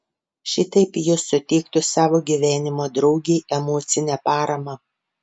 šitaip jis suteiktų savo gyvenimo draugei emocinę paramą